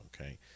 Okay